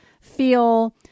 feel